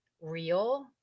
real